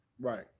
Right